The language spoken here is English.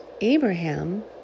Abraham